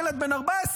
ילד בן 14,